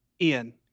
Ian